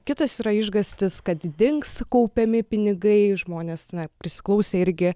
kitas yra išgąstis kad dings kaupiami pinigai žmonės na prisiklausė irgi